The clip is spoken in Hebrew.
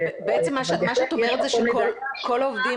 מה שאת אומרת זה שכל העובדים